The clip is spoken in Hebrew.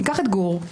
ניקח את גור,